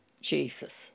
Jesus